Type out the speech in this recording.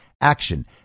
Action